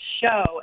show